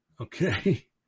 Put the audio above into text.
Okay